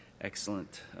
excellent